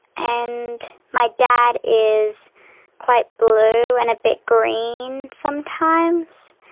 and my dad is quite blue and a bit green sometimes.